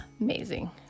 amazing